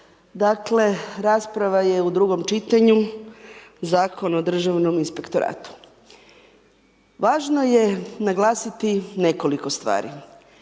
Dakle, rasprava je u drugom čitanju, Zakon o Državnom inspektoratu. Važno je naglasiti nekoliko stvari,